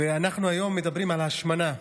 ואנחנו היום מדברים על ההשמנה.